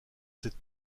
cette